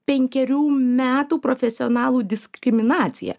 penkerių metų profesionalų diskriminaciją